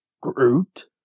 Groot